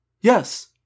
Yes